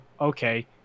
okay